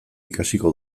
ikasiko